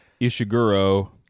Ishiguro